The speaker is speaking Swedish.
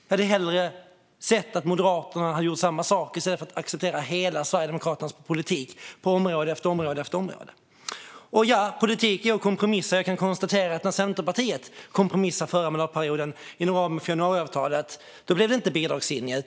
Jag hade gärna sett att Moderaterna hade gjort likadant i stället för att acceptera Sverigedemokraternas hela politik på område efter område. Ja, politik är att kompromissa. Men jag kan konstatera att när Centerpartiet kompromissade under förra mandatperioden inom ramen för januariavtalet blev det inte en bidragslinje.